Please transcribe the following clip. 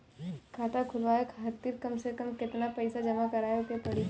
खाता खुलवाये खातिर कम से कम केतना पईसा जमा काराये के पड़ी?